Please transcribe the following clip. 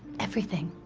everything.